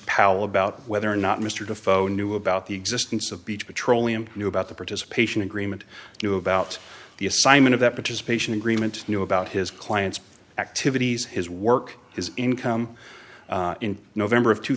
powell about whether or not mr de phone knew about the existence of beach petroleum knew about the participation agreement you know about the assignment of that because patient agreement knew about his client's activities his work his income in november of two